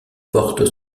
porte